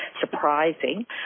surprising